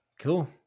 Cool